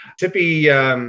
Tippy